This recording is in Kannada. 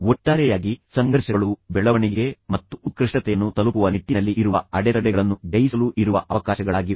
ಒಟ್ಟಾರೆಯಾಗಿ ಸಂಘರ್ಷಗಳು ಬೆಳವಣಿಗೆಗೆ ಮತ್ತು ಉತ್ಕೃಷ್ಟತೆಯನ್ನು ತಲುಪುವ ನಿಟ್ಟಿನಲ್ಲಿ ಇರುವ ಅಡೆತಡೆಗಳನ್ನು ಜಯಿಸಲು ಇರುವ ಅವಕಾಶಗಳಾಗಿವೆ